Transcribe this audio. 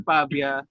Pavia